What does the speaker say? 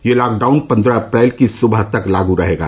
यह लॉकडाउन पन्द्रह अप्रैल की सुबह तक लागू रहेगा